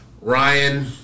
Ryan